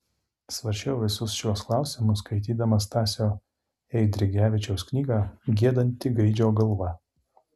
svarsčiau visus šiuos klausimus skaitydamas stasio eidrigevičiaus knygą giedanti gaidžio galva